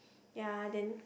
ya then